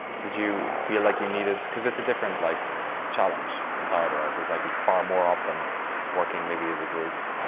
did you feel like you needed, cause it's a different like challenge entirely, right? there's like a far more of them working maybe as a group.